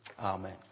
Amen